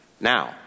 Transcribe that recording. now